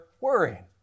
worrying